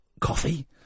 coffee